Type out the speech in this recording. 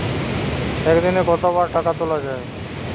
একদিনে কতবার টাকা তোলা য়ায়?